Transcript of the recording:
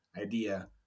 idea